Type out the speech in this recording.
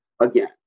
again